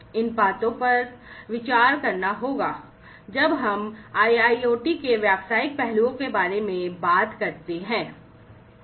इन बातों पर विचार करना होगा जब हम IIoT के व्यावसायिक पहलुओं के बारे में बात करते हैं